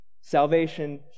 salvation